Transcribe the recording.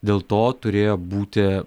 dėl to turėjo būti